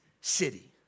city